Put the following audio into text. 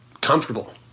comfortable